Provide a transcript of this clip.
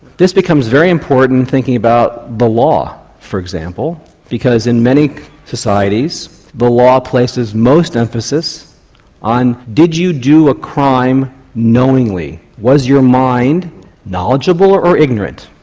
this becomes very important thinking about the law for example because in many societies the law places most emphasis on did you do a crime knowingly? was your mind knowledgeable or or ignorant?